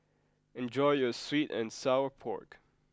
enjoy your Sweet and Sour Pork